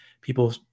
people